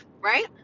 right